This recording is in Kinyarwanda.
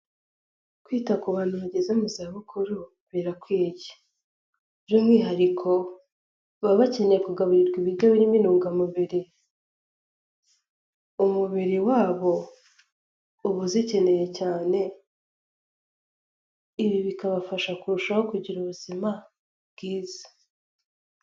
Kwita ku bantu bageze mu zabukuru birakwiye, by'umwihariko baba bakeneye kugaburirwa ibiryo birimo intungamubiri, umubiri wabo uba uzikeneye cyane ibi bikabafasha kurushaho kugira ubuzima bwiza.